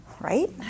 right